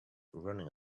running